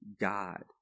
God